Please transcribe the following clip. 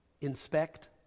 inspect